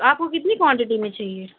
آپ کو کتنی کوانٹٹی میں چاہیے